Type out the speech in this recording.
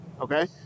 okay